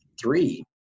three